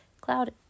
Cloud